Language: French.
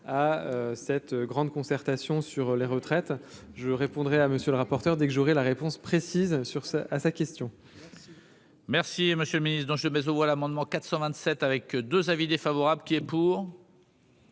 à cette. Grande concertation sur les retraites, je répondrais à monsieur le rapporteur, dès que j'aurai la réponse précise sur ce à sa question. Là dessus. Merci, monsieur le Ministre, dont je mets aux voix l'amendement 427 avec 2 avis défavorable qui est pour.